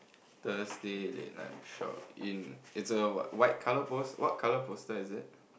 Thursday late night shop in is a white color post~ what color poster is it